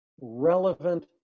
relevant